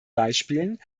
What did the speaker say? beispielen